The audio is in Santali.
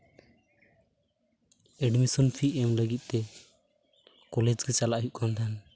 ᱮᱰᱢᱤᱥᱚᱱ ᱯᱷᱤ ᱮᱢ ᱞᱟᱹᱜᱤᱫ ᱛᱮ ᱠᱚᱞᱮᱡᱽ ᱜᱮ ᱪᱟᱞᱟᱜ ᱦᱩᱭᱩᱜ ᱠᱟᱱ ᱛᱟᱦᱮᱱ